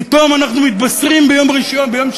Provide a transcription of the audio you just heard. פתאום אנחנו מתבשרים, ביום שני,